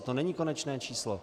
To není konečné číslo.